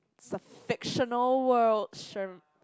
it's a fictional world